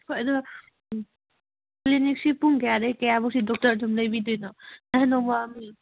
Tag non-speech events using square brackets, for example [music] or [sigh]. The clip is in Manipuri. ꯍꯣꯏ ꯑꯗꯣ ꯎꯝ ꯀ꯭ꯂꯤꯅꯤꯛꯁꯤ ꯄꯨꯡ ꯀꯌꯥꯗꯩ ꯀꯌꯥ ꯐꯥꯎꯁꯤ ꯗꯣꯛꯇꯔ ꯑꯗꯨꯝ ꯂꯩꯕꯤꯗꯣꯏꯅꯣ [unintelligible]